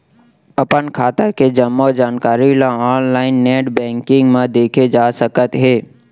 अपन खाता के जम्मो जानकारी ल ऑनलाइन नेट बैंकिंग म देखे जा सकत हे